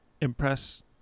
Impress